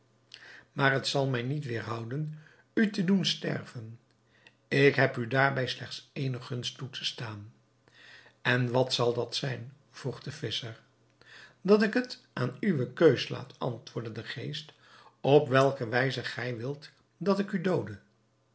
maar het zal mij niet weêrhouden u te doen sterven ik heb u daarbij slechts ééne gunst toe te staan en wat zal dat zijn vroeg de visscher dat ik het aan uwe keus laat antwoordde de geest op welke wijze gij wilt dat ik u doode